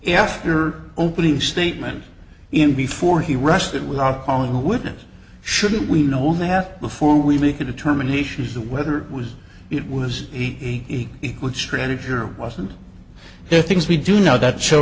after opening statement even before he rushed it without calling a witness shouldn't we know that before we make a determination as the weather was it was he would strategy or wasn't there things we do know that